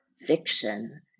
fiction